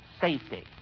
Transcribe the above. safety